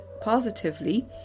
positively